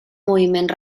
moviment